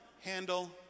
handle